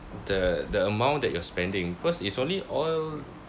the the amount that you are spending first is only all